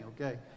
okay